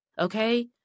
Okay